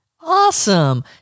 Awesome